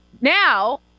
Now